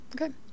Okay